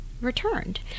returned